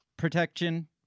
protection